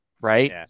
Right